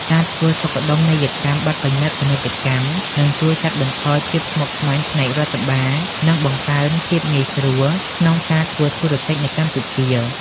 ការធ្វើសុខដុមនីយកម្មបទបញ្ញត្តិពាណិជ្ជកម្ម នឹងជួយកាត់បន្ថយភាពស្មុគស្មាញផ្នែករដ្ឋបាល និងបង្កើនភាពងាយស្រួលក្នុងការធ្វើធុរកិច្ចនៅកម្ពុជា។